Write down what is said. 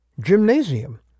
gymnasium